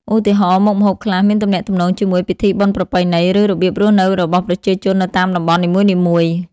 ឧទាហរណ៍ មុខម្ហូបខ្លះមានទំនាក់ទំនងជាមួយពិធីបុណ្យប្រពៃណី ឬរបៀបរស់នៅរបស់ប្រជាជននៅតាមតំបន់នីមួយៗ ។